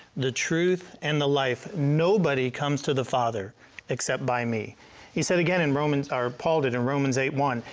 the truth, and the life, nobody comes to the father except by me he said again in romans, or paul did in romans eight one,